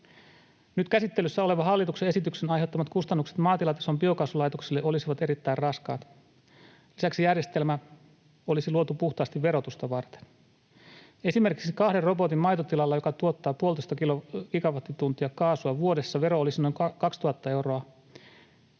Nyt käsittelyssä olevan hallituksen esityksen aiheuttamat kustannukset maatilatason biokaasulaitoksille olisivat erittäin raskaat. Lisäksi järjestelmä olisi luotu puhtaasti verotusta varten. Esimerkiksi kahden robotin maitotilalla, joka tuottaa puolitoista gigawattituntia kaasua vuodessa, vero olisi noin 2 000 euroa